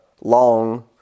long